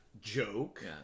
joke